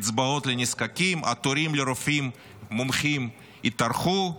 קצבאות לנזקקים, התורים לרופאים מומחים יתארכו,